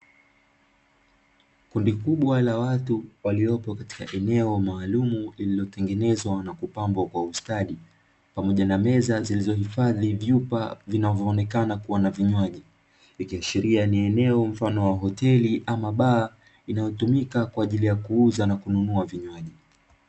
Kundi kubwa la watu waliopo katika eneo maalumu lililotengenezwa na kupambwa kwa ustadi, pamoja na meza zilizohifadhi vyupa vinavoonekana kuwa na vinywaji, ikiashiria ni eneo mfano wa hoteli ama baa inayotumika kwa ajili ya kuuza na kununua vinywaji.